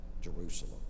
Jerusalem